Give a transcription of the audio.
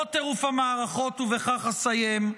למרות טירוף המערכות, ובכך אסיים,